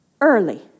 early